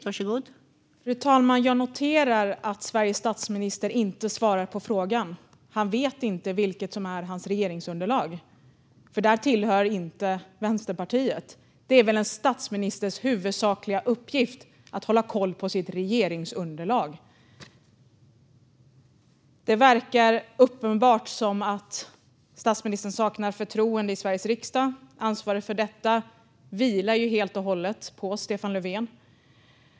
Fru talman! Jag noterar att Sveriges statsminister inte svarar på frågan. Han vet inte vilket som är hans regeringsunderlag, för Vänsterpartiet tillhör inte det. Det är väl en statsministers huvudsakliga uppgift att hålla koll på sitt regeringsunderlag. Det verkar uppenbart att statsministern saknar förtroende i Sveriges riksdag. Ansvaret för detta vilar helt och hållet på Stefan Löfven.